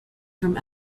from